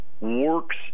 works